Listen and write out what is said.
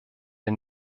der